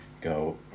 go